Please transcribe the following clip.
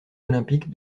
olympiques